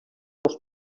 dos